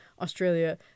australia